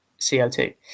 CO2